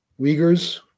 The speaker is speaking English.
Uyghurs